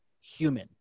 human